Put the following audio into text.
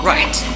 Right